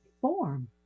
form